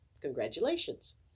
Congratulations